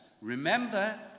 remember